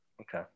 Okay